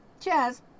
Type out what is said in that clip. Cheers